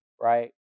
Right